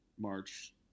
March